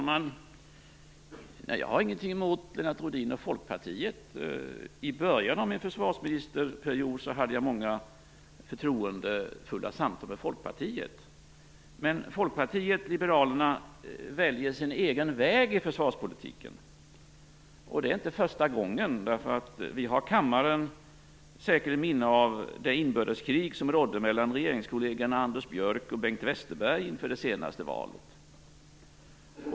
Herr talman! Jag har inget emot Lennart Rohdin och Folkpartiet. I början av min försvarsministerperiod hade jag många förtroendefulla samtal med Folkpartiet. Men Folkpartiet liberalerna väljer sin egen väg i försvarspolitiken. Detta är heller inte första gången, utan kammaren har säkert minne av det inbördeskrig som rådde mellan regeringskollegerna Anders Björck och Bengt Westerberg inför det senaste valet.